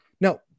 Now